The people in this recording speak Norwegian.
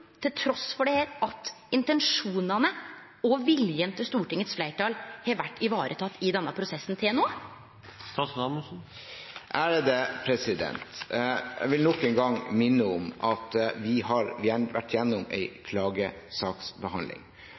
at intensjonane og viljen til Stortingets fleirtal har blitt vareteke i denne prosessen til no? Jeg vil nok en gang minne om at vi har vært igjennom en klagesaksbehandling,